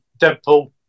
Deadpool